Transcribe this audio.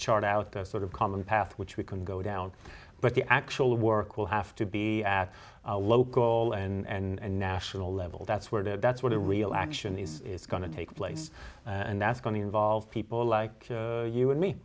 chart out the sort of common path which we can go down but the actual work will have to be at a local and national level that's where the that's where the real action these is going to take place and that's going to involve people like you and me